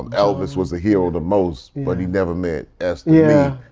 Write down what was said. um elvis was a hero to most, but he never meant s yeah